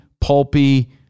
pulpy